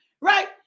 right